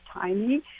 tiny